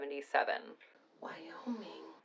Wyoming